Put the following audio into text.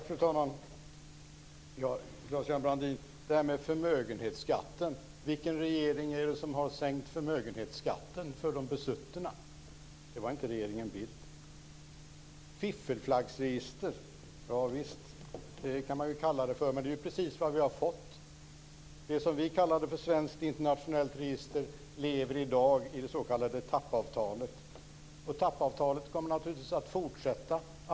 Fru talman! Vilken regering är det som har sänkt förmögenhetsskatten för de besuttna, Claes-Göran Brandin? Det är inte regeringen Bildt. Fiffelflaggregister - ja, det kan man ju kalla det för, men det är precis det som vi har fått! Det som vi kallade för ett svenskt internationellt register lever i dag i det s.k. TAP-avtalet. Detta avtal kommer naturligtvis att fortsätta gälla.